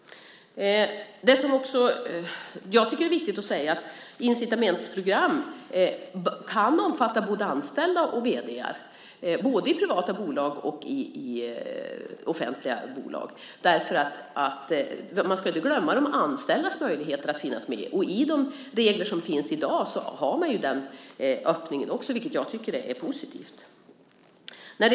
Det är viktigt att säga att incitamentsprogram kan omfatta både anställda och vd:ar och kan finnas i både privata bolag och offentliga bolag. Man ska inte glömma de anställdas möjligheter att finnas med. I de regler som finns i dag finns den öppningen, vilket jag tycker är positivt.